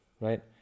right